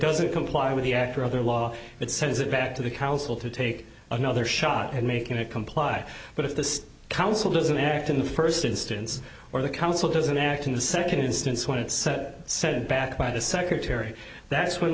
doesn't comply with the act or other law it sends it back to the council to take another shot at making it comply but if the council doesn't act in the first instance or the council doesn't act in the second instance when it's set said back by the secretary that's when